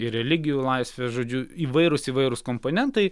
ir religijų laisvė žodžiu įvairūs įvairūs komponentai